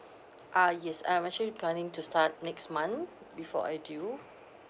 ah yes I'm actually planning to start next month before I due